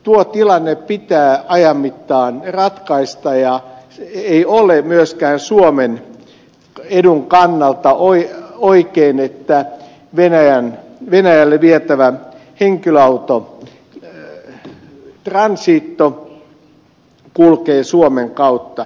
tuo tilanne pitää ajan mittaan ratkaista eikä ole myöskään suomen edun kannalta oikein että venäjälle vietävä henkilöautotransito kulkee suomen kautta